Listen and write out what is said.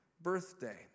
birthday